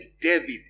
David